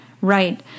Right